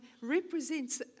represents